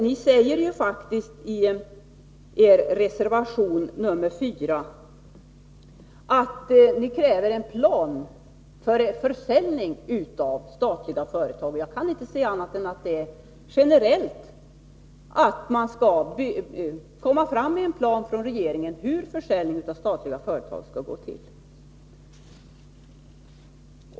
Ni säger ju faktiskt i er reservation nr 4 att ni kräver en plan för försäljning av statliga företag. Jag kan inte se annat än att detta generellt innebär att regeringen skall lägga fram en plan över hur försäljning av statliga företag skall gå till.